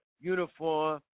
uniform